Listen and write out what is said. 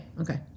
okay